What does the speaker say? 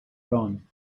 dawn